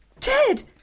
Ted